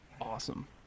awesome